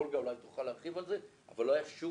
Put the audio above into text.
אולגה אולי תוכל להרחיב על זה אבל לא היה שום